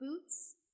boots